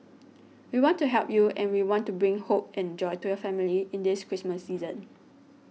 we want to help you and we want to bring hope and joy to your family in this Christmas season